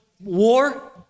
war